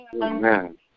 Amen